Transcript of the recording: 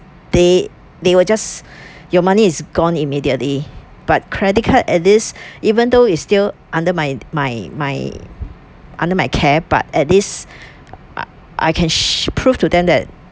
they they will just your money is gone immediately but credit card at this even though is still under my my my under my care but at least I I can prove to them that